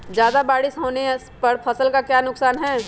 ज्यादा बारिस होने पर फसल का क्या नुकसान है?